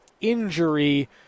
injury